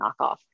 knockoff